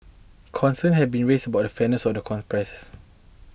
concerns have been raised about the fairness of the con process